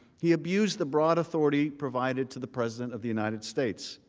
he abused the broad authority provided to the president of the united states.